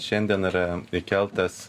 šiandien yra įkeltas